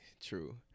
True